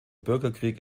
bürgerkrieg